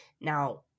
now